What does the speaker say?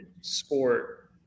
sport